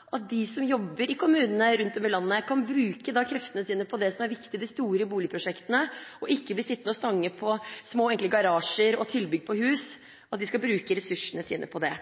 – de som jobber i kommunene rundt om i landet, bruke kreftene sine på det som er viktig, de store boligprosjektene, og ikke bli sittende og stange på små, enkle garasjer og tilbygg på hus og bruke ressursene sine på det.